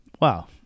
wow